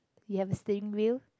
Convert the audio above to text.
you have a steering wheel